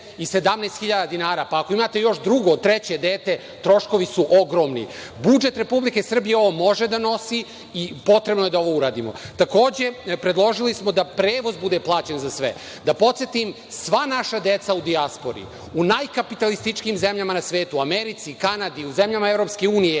i 17.000 dinara, pa ako imate još drugo, treće dete, troškovi su ogromni. Budžet Republike Srbije ovo može da nosi i potrebno je da ovo uradimo. Takođe, predložili smo da prevoz bude plaćen za sve. Da podsetim, sva naša deca u dijaspori, u najkapitalističkijim zemljama na svetu, Americi, Kanadi, zemljama EU,